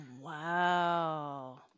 Wow